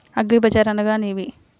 అగ్రిబజార్ అనగా నేమి?